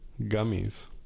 gummies